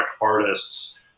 artists